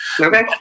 Okay